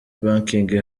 banking